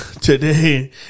Today